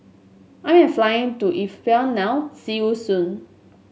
I am flying to Ethiopia now see you soon